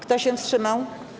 Kto się wstrzymał?